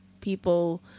people